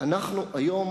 אנחנו היום